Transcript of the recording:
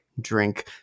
drink